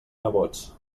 nebots